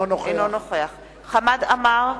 אינו נוכח חמד עמאר,